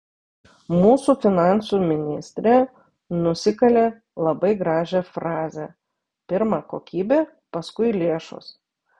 mūsų finansų ministrė nusikalė labai gražią frazę pirma kokybė paskui lėšos